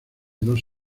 dos